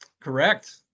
Correct